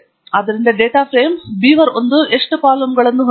ಆದ್ದರಿಂದ data frame beaver1 ಎಷ್ಟು ಕಾಲಮ್ಗಳನ್ನು ಹೊಂದಿದೆ